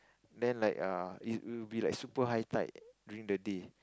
then like err it will be like super high tide during the day